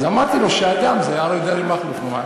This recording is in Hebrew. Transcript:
אז אמרתי לו שאד"ם זה אריה דרעי מכלוף.